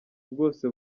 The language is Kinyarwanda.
bwose